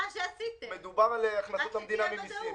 מדובר על הכנסות המדינה ממיסים,